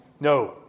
No